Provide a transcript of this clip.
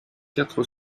quatre